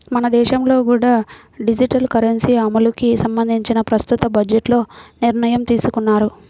మన దేశంలో కూడా డిజిటల్ కరెన్సీ అమలుకి సంబంధించి ప్రస్తుత బడ్జెట్లో నిర్ణయం తీసుకున్నారు